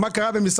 לא רק